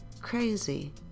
Crazy